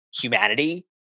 humanity